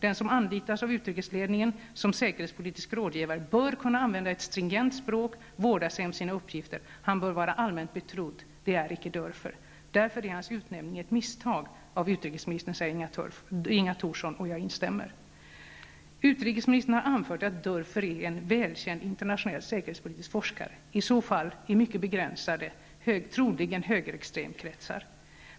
Den som anlitas av utrikesledningen som säkerhetspolitisk rådgivare bör kunna använda ett stringent språk, vårda sig om sina uppgifter. Han bör vara allmänt betrodd. Det är icke Dörfer. Därför är hans utnämning ett misstag av utrikesministern, säger Inga Thorsson, och jag instämmer. Utrikesministern har anfört att Dörfer är en välkänd internationell säkerhetspolitisk forskare. I så fall i mycket begränsade, troligen högerextremkretsar.